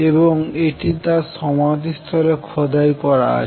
এবং এটি তাঁর সমাধিস্থলে খোদাই করা হয়েছে